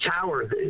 Tower